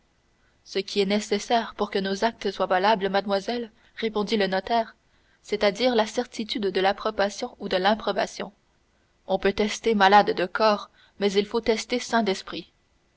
ce qui est nécessaire pour que nos actes soient valables mademoiselle répondit le notaire c'est-à-dire la certitude de l'approbation ou de l'improbation on peut tester malade de corps mais il faut tester sain d'esprit